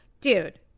dude